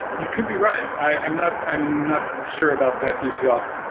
you could be right. i'm not i'm not sure about that detail.